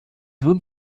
wurden